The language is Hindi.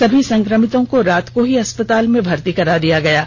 सभी संक्रमितों को रात में ही अस्पताल में भर्ती करा दिया गया है